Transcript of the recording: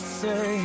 say